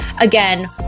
Again